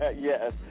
Yes